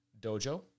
Dojo